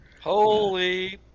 Holy